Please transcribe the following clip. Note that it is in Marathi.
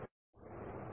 विद्यार्थी 4